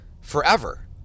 forever